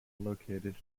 located